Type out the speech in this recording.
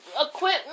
equipment